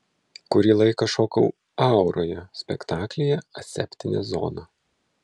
kurį laiką šokau auroje spektaklyje aseptinė zona